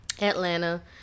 Atlanta